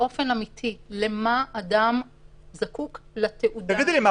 למה אדם זקוק לתעודה הזאת --- מה,